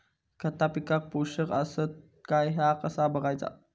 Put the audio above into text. खता पिकाक पोषक आसत काय ह्या कसा बगायचा?